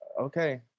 okay